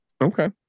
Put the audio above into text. okay